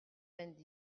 vingt